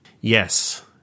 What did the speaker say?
Yes